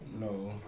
No